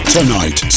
Tonight